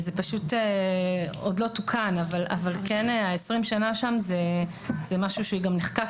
זה לא תוקן אבל 20 שנים שם זה משהו שנחקק